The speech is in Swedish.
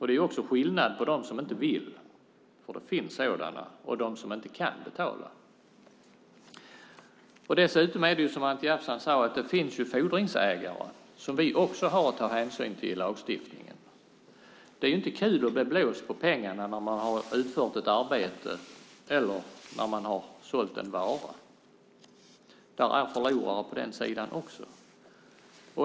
Det är också skillnad på dem som inte vill - och det finns sådana - och dem som inte kan betala. Dessutom är det så som Anti Avsan sade, att det finns fordringsägare som vi också har att ta hänsyn till i lagstiftningen. Det är inte kul att bli blåst på pengarna när man har utfört ett arbete eller när man har sålt en vara. Det finns förlorare på den sidan också.